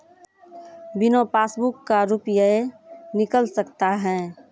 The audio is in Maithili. बिना पासबुक का रुपये निकल सकता हैं?